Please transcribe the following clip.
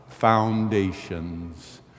foundations